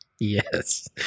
Yes